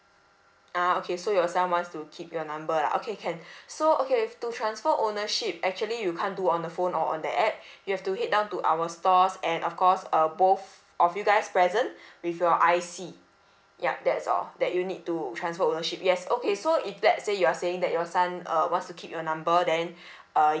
ah okay so your son wants to keep your number lah okay can so okay if to transfer ownership actually you can't do on the phone or on the app you have to head down to our stores and of course err both of you guys present with your I_C yup that's all that you need to transfer ownership yes okay so if let's say you are saying that your son uh wants to keep your number then uh